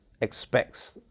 expects